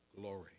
glory